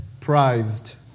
prized